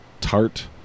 tart